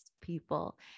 people